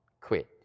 quit